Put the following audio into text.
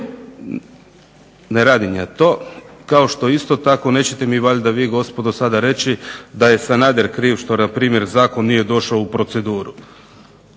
Ne radim ja to, kao što isto tako nećete mi vi valjda gospodo reći da je SAnader kriv što zakon nije došao u proceduru.